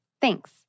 Thanks